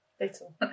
Little